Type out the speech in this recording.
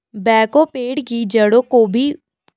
backhoe पेड़ की जड़ों को भी उखाड़ सकता है